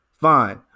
fine